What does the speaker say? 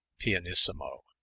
pianissimo